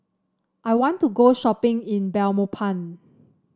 I want to go shopping in Belmopan